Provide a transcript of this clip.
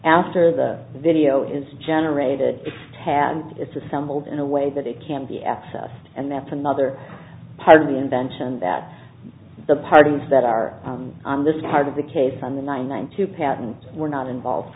after the video is generated had it's assembled in a way that it can be accessed and that's another part of the invention that the parties that are on this part of the case on the one to patent were not involved